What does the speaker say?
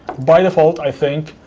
by default, i think,